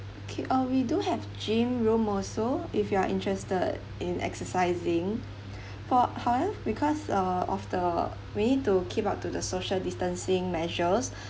okay uh we do have gym room also if you are interested in exercising for because uh of the we need to keep up to the social distancing measures